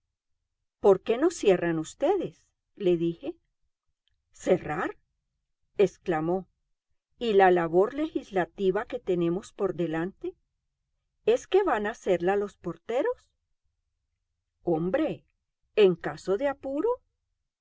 por qué no cierran ustedes le dije cerrar exclamó y la labor legislativa que tenemos por delante es que van a hacerla los porteros hombre en caso de apuro